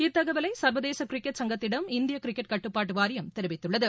இந்த தகவலை சர்வதேச கிரிக்கெட் சங்கத்திடம் இந்திய கிரிக்கெட் கட்டுப்பாட்டு வாரியம் தெரிவித்துள்ளது